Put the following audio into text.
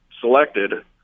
selected